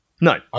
No